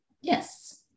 yes